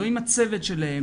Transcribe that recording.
לא עם הצוות שלהם,